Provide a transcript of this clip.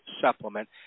Supplement